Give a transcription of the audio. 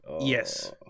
Yes